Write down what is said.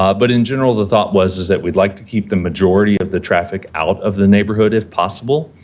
ah but, in general, the thought was is that we'd like to keep the majority of the traffic out of the neighborhood if possible,